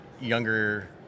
younger